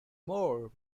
more